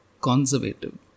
conservative